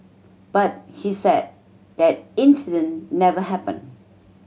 but he said that incident never happened